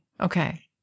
Okay